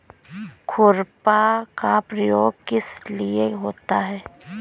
खुरपा का प्रयोग किस लिए होता है?